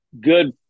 good